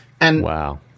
Wow